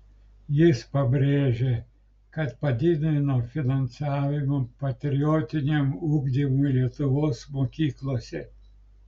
jis pabrėžė kad padidino finansavimą patriotiniam ugdymui lietuvos mokyklose